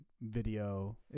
video